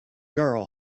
girl